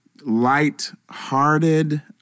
light-hearted